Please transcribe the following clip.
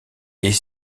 est